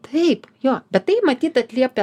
taip jo bet tai matyt atliepia